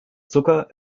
zucker